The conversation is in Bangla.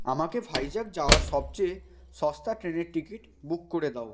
আমাকে ভাইজাগ যাওয়ার সবচেয়ে সস্তা ট্রেনের টিকিট বুক করে দাও